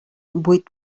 vuit